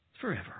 forever